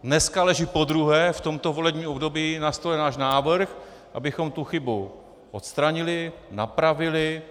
Dneska leží podruhé v tomto volebním období na stole náš návrh, abychom tu chybu odstranili, napravili.